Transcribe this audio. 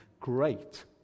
great